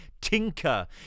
tinker